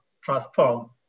transform